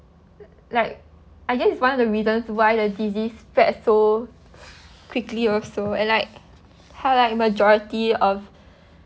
like I guess is one of the reason why the disease spread so quickly also and like how like majority of